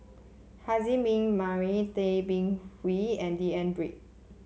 Haslir Bin Tay Bin Wee and D N Pritt